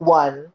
one